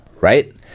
Right